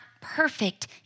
perfect